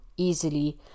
easily